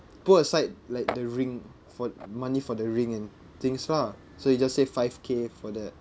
put aside like the ring for money for the ring and things lah so you just save five K for that